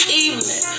evening